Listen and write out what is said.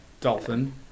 Dolphin